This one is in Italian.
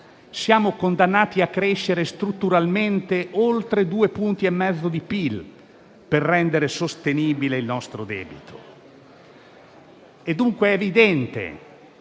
Siamo condannati a crescere strutturalmente oltre 2 punti e mezzo di PIL, per rendere sostenibile il nostro debito. È dunque evidente